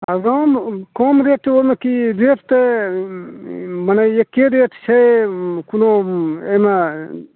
आओर गाममे कम रेट ओहिमे कि रेट तऽ मने एक्के रेट छै कोनो एहिमे